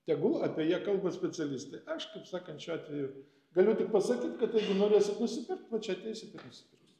tegul apie ją kalba specialistai aš kaip sakant šiuo atveju galiu tik pasakyt kad jeigu norėsit nusipirkt va čia ateisit ir nusipirksit